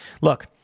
Look